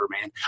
man